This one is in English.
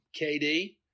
KD –